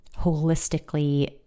holistically